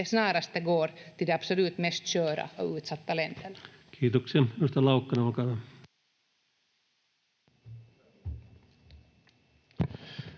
Kiitos,